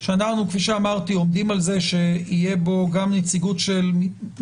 שאנחנו עומדים על זה שתהיה בו גם נציגות מעולם